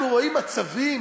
אנחנו רואים מצבים